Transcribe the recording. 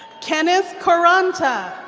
kenneth quaranta.